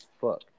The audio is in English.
fuck